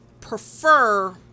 prefer